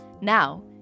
Now